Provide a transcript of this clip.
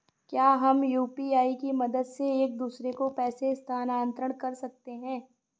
क्या हम यू.पी.आई की मदद से एक दूसरे को पैसे स्थानांतरण कर सकते हैं?